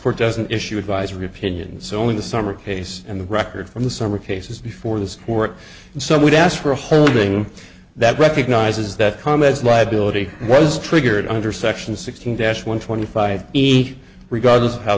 for doesn't issue advisory opinion so in the summer case and the record from the summer cases before this work some would ask for a holding that recognizes that com as liability was triggered under section sixteen dash one twenty five he regardless of how